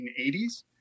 1980s